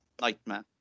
Nightmare